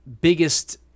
biggest